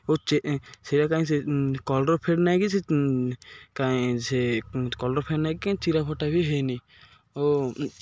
ଓ ସେଇଟା କାଇଁ ସେ କଲର୍ ଫେଡ଼ ନାଇକି ସେ କାଇଁ ସେ କଲର୍ ଫେଡ଼ ନାଇଁକି କାଇଁ ଚିରା ଫଟା ବି ହେଇନି ଓ